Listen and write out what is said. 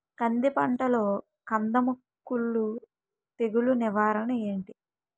కంది పంటలో కందము కుల్లు తెగులు నివారణ ఏంటి?